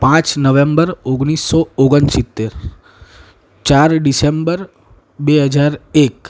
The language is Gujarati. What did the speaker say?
પાંચ નવેમ્બર ઓગણીસસો ઓગણસિત્તેર ચાર ડિસેમ્બર બે હજાર એક